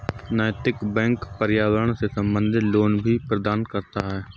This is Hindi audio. नैतिक बैंक पर्यावरण से संबंधित लोन भी प्रदान करता है